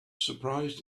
surprised